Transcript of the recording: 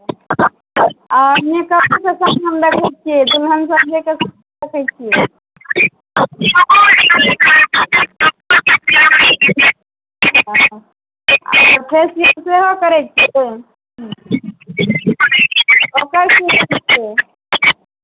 आ मेकअपोके सभ सामान राखै छियै दुलहन रखै छियै तऽ रखै छियै फेसियल सेहो करै छियै ह्म्म ओकर की रेट छै